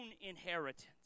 inheritance